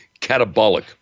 catabolic